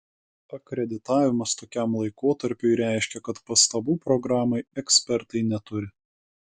akreditavimas tokiam laikotarpiui reiškia kad pastabų programai ekspertai neturi